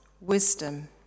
wisdom